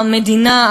המדינה,